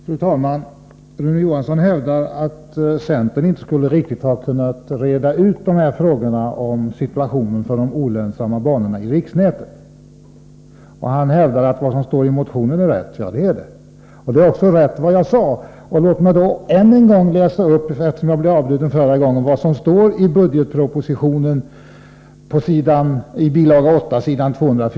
Fru tålman! Rune Johansson hävdar att centern inte riktigt har kunnat reda ut frågorna om situationen för de olönsamma banorna i riksnätet, men att vad som står i motionen är rätt. Ja, det är det, men vad jag sade är också rätt. Låt mig än en gång, eftersom jag blev avbruten senast, läsa upp vad som står på s. 204 i budgetpropositionens bil.